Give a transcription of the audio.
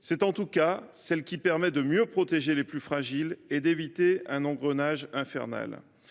C’est en tout cas celle qui permet de mieux protéger les plus fragiles et d’éviter un engrenage infernal.